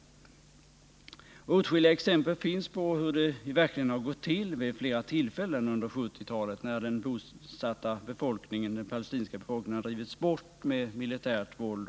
Åtskilliga exempel finns som visar hur bosättningarna verkligen har genomförts vid flera tillfällen under 1970-talet, då den bosatta palestinska befolkningen drivits bort med militärt våld.